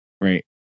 Right